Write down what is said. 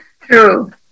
True